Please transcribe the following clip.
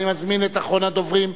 אני מזמין את אחרון הדוברים,